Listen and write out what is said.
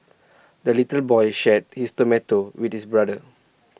the little boy shared his tomato with his brother